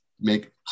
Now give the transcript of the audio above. make